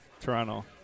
Toronto